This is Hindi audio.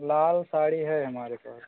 लाल साड़ी है हमारे पास